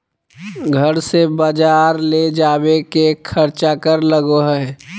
घर से बजार ले जावे के खर्चा कर लगो है?